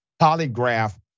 Polygraph